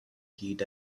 heat